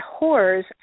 whores